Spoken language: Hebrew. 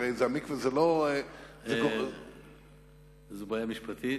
הרי המקווה זה לא, זאת בעיה משפטית,